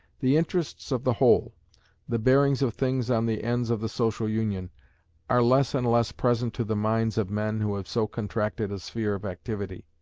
the interests of the whole the bearings of things on the ends of the social union are less and less present to the minds of men who have so contracted a sphere of activity.